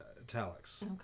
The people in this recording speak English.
italics